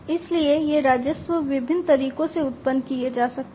इसलिए ये राजस्व विभिन्न तरीकों से उत्पन्न किए जा सकते हैं